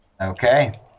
Okay